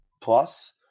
plus